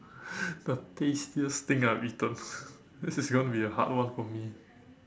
the tastiest thing I've eaten this is going to be a hard one for me